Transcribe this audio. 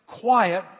quiet